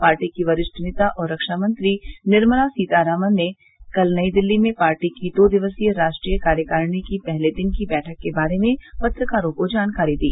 party की वरिष्ठ नेता और रक्षामंत्री निर्मला सीता रामन ने कल नई दिल्ली में पार्टी की दो दिवसीय राष्ट्रीय कार्यकारिणी की पहले दिन की बैठक के बारे में पत्रकारों को जानकारी दी